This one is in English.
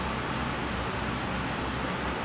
theme park mana seh singapore